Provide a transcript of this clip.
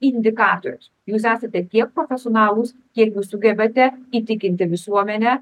indikatorius jūs esate tiek profesionalūs kiek jūs sugebate įtikinti visuomenę